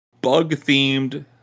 bug-themed